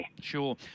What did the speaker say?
Sure